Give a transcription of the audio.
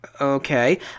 Okay